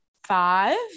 five